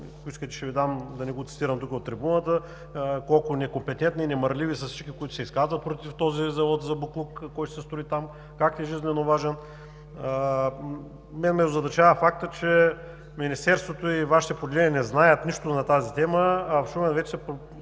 искате ще Ви дам, за да не го цитирам от трибуната, колко некомпетентни и немарливи са всички, които се изказват против този завод за боклук, който ще се строи там, как е жизненоважен. Озадачава ме фактът, че Министерството и Вашите подчинени не знаят нищо на тази тема, а в Шумен вече се